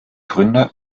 gründer